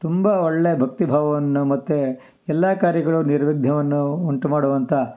ತುಂಬ ಒಳ್ಳೆ ಭಕ್ತಿ ಭಾವವನ್ನು ಮತ್ತು ಎಲ್ಲ ಕಾರ್ಯಗಳು ನಿರ್ವಿಘ್ನವನ್ನು ಉಂಟುಮಾಡುವಂಥ